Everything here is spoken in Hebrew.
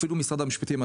אפילו משרד המשפטים,